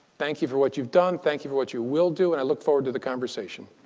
thank you for what you've done. thank you for what you will do. and i look forward to the conversation.